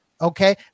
Okay